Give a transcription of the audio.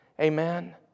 Amen